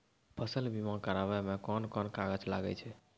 फसल बीमा कराबै मे कौन कोन कागज लागै छै?